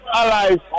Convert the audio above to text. allies